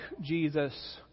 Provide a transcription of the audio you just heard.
Jesus